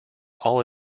all